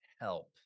help